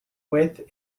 with